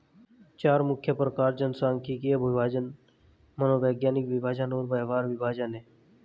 चार मुख्य प्रकार जनसांख्यिकीय विभाजन, मनोवैज्ञानिक विभाजन और व्यवहार विभाजन हैं